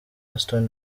aston